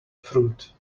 fruit